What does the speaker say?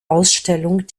ausstellung